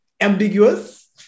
ambiguous